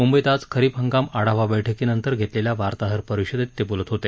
मुंबईत आज खरीप हंगाम आढावा बैठकीनंतर घेतलेल्या वार्ताहरपरिषदेत ते आज बोलत होते